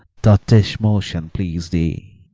doth this motion please thee?